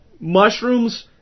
mushrooms